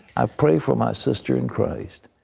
i pray for my sister in christ.